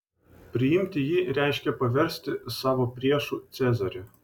priimti jį reiškė paversti savo priešu cezarį